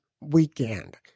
Weekend